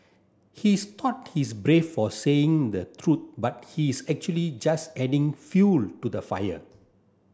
he's thought he's brave for saying the truth but he's actually just adding fuel to the fire